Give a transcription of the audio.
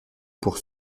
pour